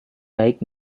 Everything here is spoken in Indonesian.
baik